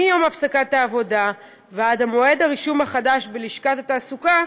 מיום הפסקת העבודה ועד מועד הרישום בלשכת התעסוקה,